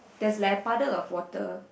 there's like a puddle of water